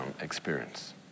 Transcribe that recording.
experience